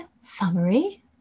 summary